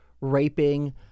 raping